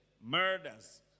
murders